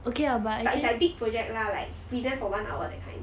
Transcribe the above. but it's like big project lah like present for one hour that kind